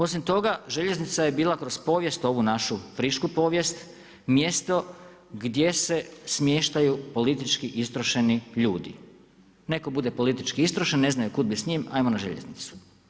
Osim toga, željeznica je bil kroz povijest ovu našu, frišku povijest, mjesto gdje se smještaju politički istrošeni ljudi. netko bude politički istrošen, ne znaju kud bi s njim, ajmo na željeznicu.